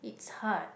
it's hard